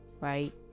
right